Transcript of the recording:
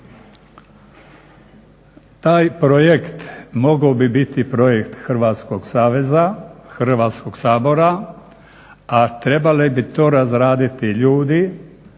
Taj projekt mogao bi biti projekt Hrvatskog saveza, Hrvatskog sabora, a trebali bi to razraditi ljudi